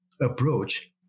approach